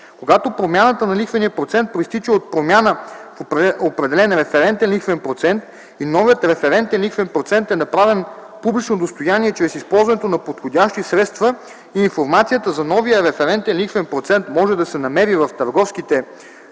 Когато промяната на лихвения процент произтича от промяна в определен референтен лихвен процент и новият референтен лихвен процент е направен публично достояние чрез използването на подходящи средства и информацията за новия референтен лихвен процент може да се намери в търговските помещения